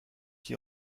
qui